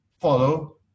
follow